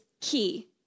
key